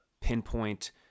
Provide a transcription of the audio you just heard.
pinpoint